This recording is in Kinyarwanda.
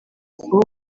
aho